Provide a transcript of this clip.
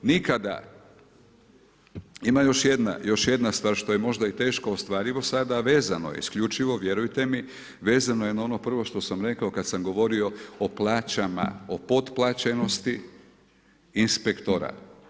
Ima još jedna stvar, što je možda i teško ostvarivo sada, a vezano je isključivo, vjerujte mi, vezano je na ono prvo što sam rekao kad sam govorio o plaćama, o potplaćenosti inspektora.